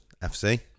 FC